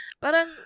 parang